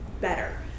better